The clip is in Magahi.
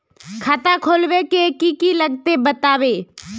खाता खोलवे के की की लगते बतावे?